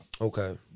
Okay